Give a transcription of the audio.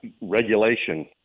regulation